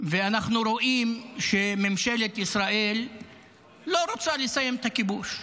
ואנחנו רואים שממשלת ישראל לא רוצה לסיים את הכיבוש.